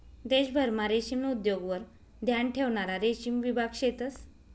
देशभरमा रेशीम उद्योगवर ध्यान ठेवणारा रेशीम विभाग शेतंस